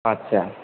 आच्चा